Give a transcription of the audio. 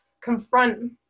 confront